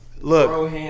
Look